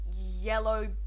yellow